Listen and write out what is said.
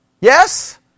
Yes